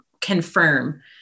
confirm